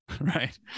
right